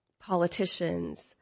politicians